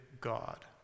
God